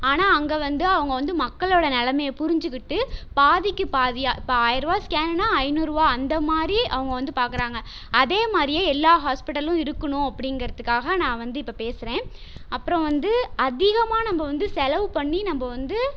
ஆனால் அங்கே வந்து அவங்க வந்து மக்களோட நிலமைய புரிஞ்சுக்கிட்டு பாதிக்கு பாதியா இப்போ ஆயரூவா ஸ்கேனுன்னா ஐந்நூறுவா அந்த மாதிரி அவங்க வந்து பார்க்குறாங்க அதே மாதிரியே எல்லா ஹாஸ்பிட்டலும் இருக்கணும் அப்படிங்கிறதுக்காக நான் வந்து இப்போ பேசுகிறேன் அப்புறம் வந்து அதிகமாக நம்ம வந்து செலவு பண்ணி நம்ம வந்து